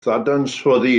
ddadansoddi